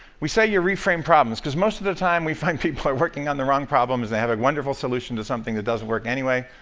we say you reframe problems because most of the time we find people are working on the wrong problems and they have a wonderful solution to something that doesn't work anyway.